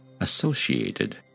associated